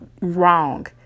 wrong